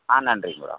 ஆ நன்றிங்க மேடம்